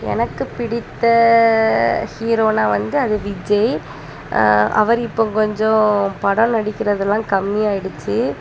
எனக்கு பிடித்த ஹீரோனா வந்து அது விஜய் அவர் இப்போ கொஞ்சம் படம் நடிக்கிறதெலாம் கம்மி ஆயிடிச்சு